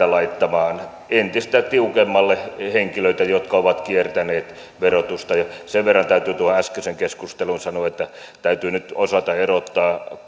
laittamaan entistä tiukemmalle henkilöitä jotka ovat kiertäneet verotusta sen verran täytyy tuohon äskeiseen keskusteluun sanoa että täytyy nyt osata erottaa